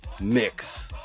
mix